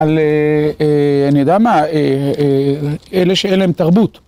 על, אני יודע מה, אלה שאין להם תרבות.